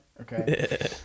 Okay